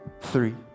three